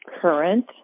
current